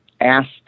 asked